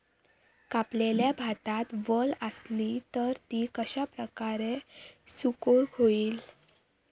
कापलेल्या भातात वल आसली तर ती कश्या प्रकारे सुकौक होई?